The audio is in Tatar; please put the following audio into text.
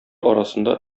арасында